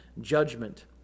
judgment